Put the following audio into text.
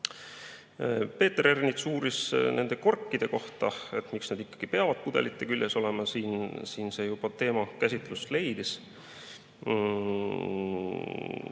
Peeter Ernits uuris korkide kohta, et miks need ikkagi peavad pudelite küljes olema. Siin see teema juba käsitlust leidis.